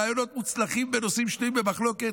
רעיונות מוצלחים בנושאים שנויים במחלוקת,